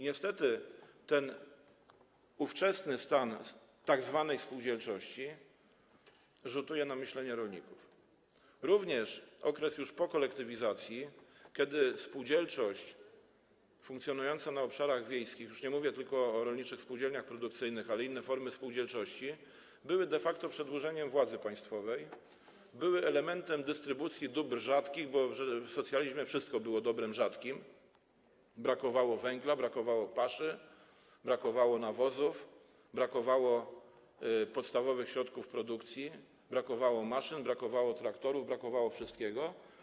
Niestety ten ówczesny stan tzw. spółdzielczości rzutuje na myślenie rolników, również ten okres już po kolektywizacji, kiedy spółdzielczość funkcjonująca na obszarach wiejskich, już nie mówię tylko o rolniczych spółdzielniach produkcyjnych, ale też o innych formach spółdzielczości, była de facto przedłużeniem władzy państwowej, była elementem dystrybucji dóbr rzadkich, bo w socjalizmie wszystko było dobrem rzadkim: brakowało węgla, brakowało paszy, brakowało nawozów, brakowało podstawowych środków produkcji, brakowało maszyn, brakowało traktorów, brakowało wszystkiego.